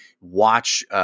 watch